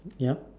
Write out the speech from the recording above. ya